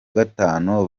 gatanu